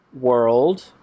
World